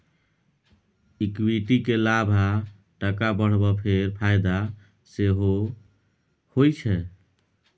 equity केँ लाभ आ टका बढ़ब केर फाएदा सेहो होइ छै